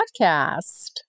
podcast